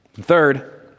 Third